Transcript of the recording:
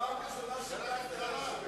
בפעם הראשונה שתקת לילה שלם.